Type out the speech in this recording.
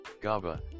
GABA